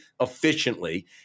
efficiently